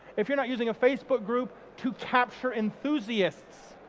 if you're not using a facebook group to capture enthusiasts,